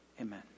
Amen